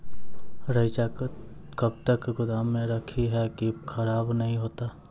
रईचा कब तक गोदाम मे रखी है की खराब नहीं होता?